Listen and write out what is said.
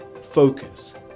focus